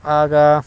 ಆಗ